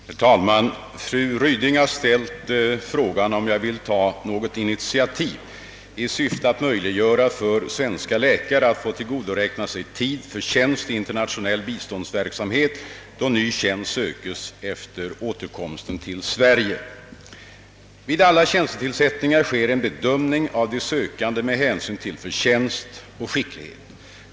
Herr talman! Fru Ryding har ställt frågan om jag vill ta något initiativ i syfte att möjliggöra för svenska läkare att få tillgodoräkna sig tid för tjänst i internationell biståndsverksamhet, då ny tjänst sökes efter återkomsten till Sverige. Vid alla tjänstetillsättningar sker en bedömning av de sökande med hänsyn till förtjänst och skicklighet.